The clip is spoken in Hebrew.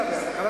אמר?